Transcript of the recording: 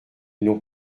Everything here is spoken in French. n’ont